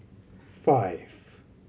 five